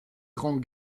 grands